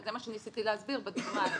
וזה מה שניסיתי להסביר בדוגמה,